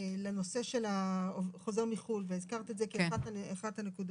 לנושא של חוזר מחו"ל, והזכרת את זה כאחת הנקודות.